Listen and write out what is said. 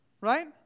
right